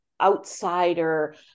outsider